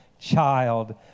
child